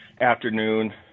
afternoon